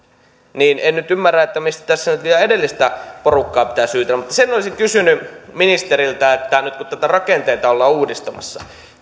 niin en nyt ymmärrä mistä tässä nyt vielä edellistä porukkaa pitää syytellä mutta sen olisin kysynyt ministeriltä että nyt kun näitä rakenteita ollaan uudistamassa